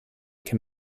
can